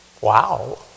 Wow